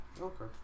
Okay